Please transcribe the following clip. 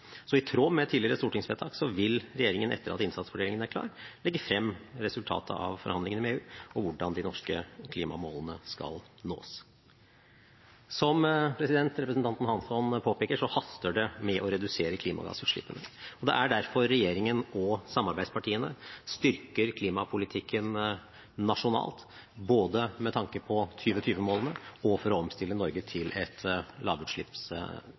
I tråd med tidligere stortingsvedtak vil regjeringen – etter at innsatsfordelingen er klar – legge frem resultatet av forhandlingene med EU og hvordan de norske klimamålene skal nås. Som representanten Hansson påpeker, haster det med å redusere klimagassutslippene. Derfor styrker regjeringen og samarbeidspartiene klimapolitikken nasjonalt, både med tanke på 2020-målene og for å omstille Norge til et